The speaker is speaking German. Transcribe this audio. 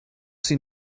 sie